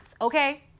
okay